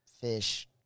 fish